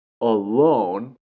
alone